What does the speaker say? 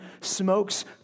smokes